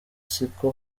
siko